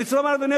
אני רוצה לחזור,